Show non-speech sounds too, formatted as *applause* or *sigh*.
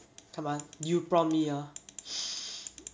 come ah you prompt me ah *breath*